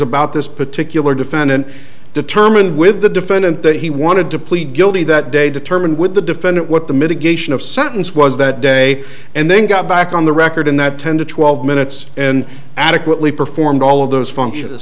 about this particular defendant determined with the defendant that he wanted to plead guilty that day determined with the defendant what the mitigation of sentence was that day and then got back on the record in that ten to twelve minutes in adequately performed all of those functions